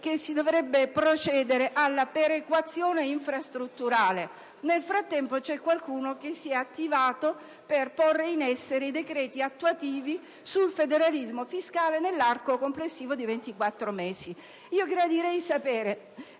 che si dovrebbe procedere alla perequazione infrastrutturale. Nel frattempo, c'è qualcuno che si è attivato per porre in essere i decreti attuativi sul federalismo fiscale nell'arco complessivo di 24 mesi. Gradirei sapere